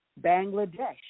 Bangladesh